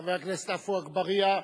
חבר הכנסת עפו אגבאריה,